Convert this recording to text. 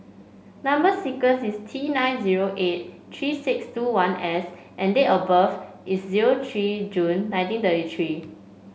number sequence is T nine zero eight three six two one S and date of birth is zero three June nineteen thirty three